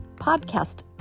podcast